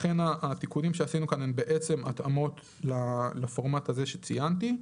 לכן התיקונים שעשינו כאן הם בעצם התאמות לפורמט הזה שציינתי.